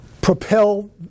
propel